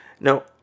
now